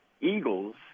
Eagles